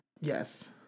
Yes